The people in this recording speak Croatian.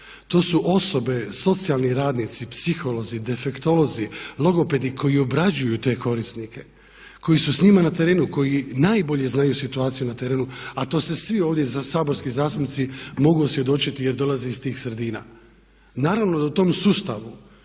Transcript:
To su osobe, socijalni radnici, psiholozi, defektolozi, logopedi koji obrađuju te korisnike, koji su s njima na terenu, koji najbolje znaju situaciju na terenu. A to se svi ovdje saborski zastupnici mogu osvjedočiti jer dolaze iz tih sredina. Naravno da u tom sustavu